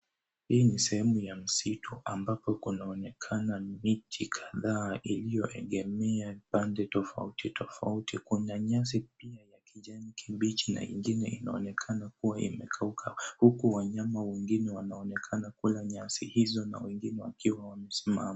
Hii ni sehemu ya msitu ambapo kunaonekana miti kadhaa iliyoegemea pande tofauti tofauti. Kuna nyasi pia ya kijani kibichi na ingine inaonekana kuwa imekauka huku wanyama wengine wanaonekana kula nyasi hizo na wengine wakiwa wamesimama.